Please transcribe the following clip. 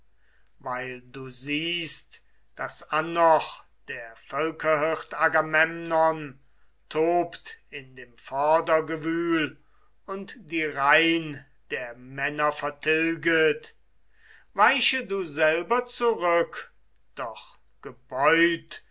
weil du siehst daß annoch der völkerhirt agamemnon tobt in dem vordergewühl und die reihn der männer vertilget weiche du selber zurück doch